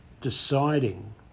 deciding